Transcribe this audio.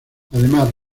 además